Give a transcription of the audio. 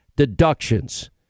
Deductions